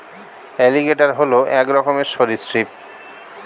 alligator হল এক রকমের সরীসৃপ